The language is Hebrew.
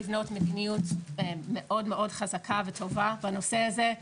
לבנות מדיניות מאוד מאוד חזקה וטובה בנושא הזה,